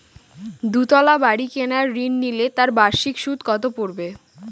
দুতলা বাড়ী কেনার ঋণ নিলে তার বার্ষিক সুদ কত পড়বে?